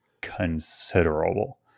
considerable